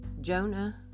Jonah